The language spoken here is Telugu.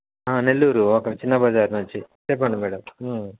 నెల్లూరు అక్కడ చిన్నాబజార్ నుంచి చెప్పండి మేడం